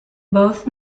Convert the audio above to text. both